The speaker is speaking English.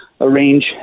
arrange